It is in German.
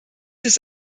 ist